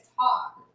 talk